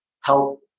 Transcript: help